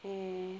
ya